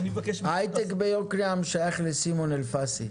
ההייטק ביוקנעם שייך לסימון אלפסי.